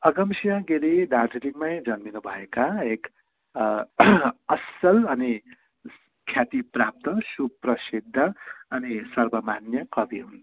अगमसिंह गिरी दार्जिलिङमै जन्मिनुभएका एक असल अनि ख्यातिप्राप्त सुप्रसिद्ध अनि सर्वमान्य कवि हुन्